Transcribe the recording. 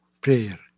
prayer